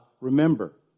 remember